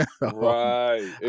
Right